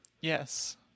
yes